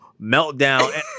meltdown